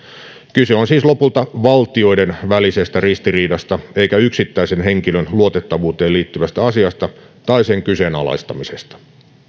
kyse on siis lopulta valtioiden välisestä ristiriidasta eikä yksittäisen henkilön luotettavuuteen liittyvästä asiasta tai sen kyseenalaistamisesta